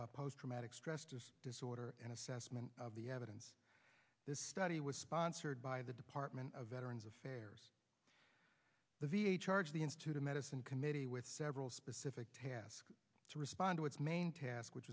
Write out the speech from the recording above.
post traumatic stress disorder and assessment evidence this study was sponsored by the department of veterans of the v a charge the institute of medicine committee with several specific tasks to respond to its main task which